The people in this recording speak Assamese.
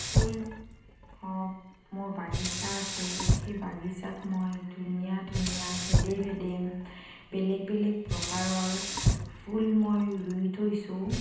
ফুল হওক মোৰ বাগিচা আছে সেই বাগিচাত মই ধুনীয়া ধুনীয়া ভেদেই ভেদিম বেলেগ বেলেগ প্ৰকাৰৰ ফুল মই ৰুই থৈছোঁ